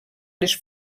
les